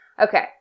Okay